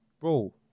bro